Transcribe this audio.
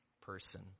person